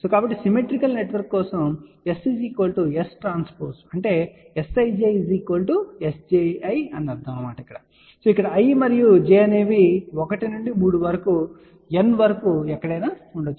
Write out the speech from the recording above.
కాబట్టి symmetrical network కోసం S ST అంటే నిజంగా Sij Sji అని అర్ధం ఇక్కడ i మరియు j అనేవి 1 నుండి 3 వరకు N వరకు ఎక్కడైనా ఉండవచ్చు